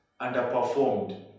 underperformed